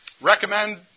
Recommend